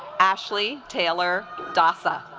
ashley taylor dasa